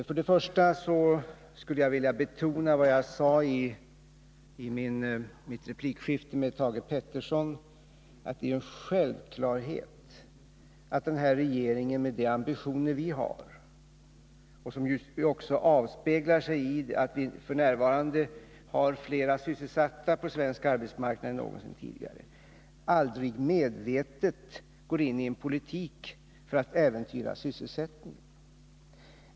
Först skulle jag vilja betona vad jag sade i mitt replikskifte med Thage Peterson: Det är en självklarhet att regeringen, med de ambitioner vi har och som avspeglar sig i att vi f.n. har flera sysselsatta på svensk arbetsmarknad än någon gång tidigare, aldrig medvetet går in i en politik för att äventyra sysselsättningen.